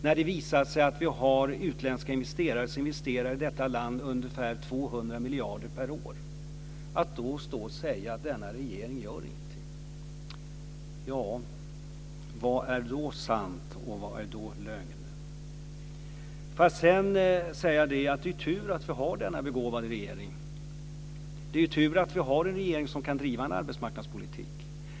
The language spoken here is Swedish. Det har visat sig att vi har utländska investerare som investerar i detta land ungefär 200 miljarder per år. Att då stå och säga att denna regering inte gör någonting - ja, vad är då sant och vad är lögn? Jag får sedan säga att det är tur att vi har denna begåvade regering. Det är tur att vi har en regering som kan driva en arbetsmarknadspolitik.